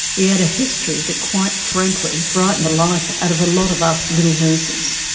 he had a history that quite frankly frightened the life out of a lot of us little nurses.